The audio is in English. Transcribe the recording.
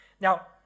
Now